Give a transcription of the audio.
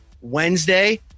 Wednesday